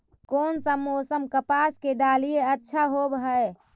कोन सा मोसम कपास के डालीय अच्छा होबहय?